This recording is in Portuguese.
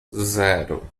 zero